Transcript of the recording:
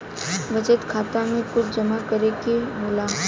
बचत खाता मे कुछ जमा करे से होला?